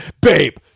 babe